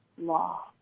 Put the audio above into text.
law